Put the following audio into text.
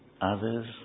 Others